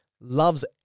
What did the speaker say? loves